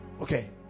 Okay